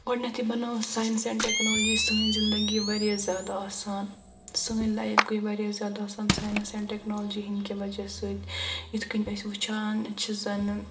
گۄڈٕنیٚتھٕے بنٲو science and technology سٲنۍ زنٛدگی واریاہ زیادٕ آسان سٲنۍ لایف گٔے واریاہ زیادٕ آسان ساینس اینٛڈ ٹیٚکنالجی ہنٛدۍ کہِ وجہ سۭتۍ یتھ کنۍ أسۍ وُچھان چھِ زنہٕ